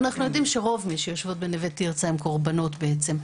ואנחנו יודעים שרוב מי שיושבות בנווה תרצה הן קורבנות בעצם.